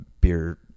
beer